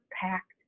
packed